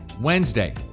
Wednesday